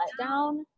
letdown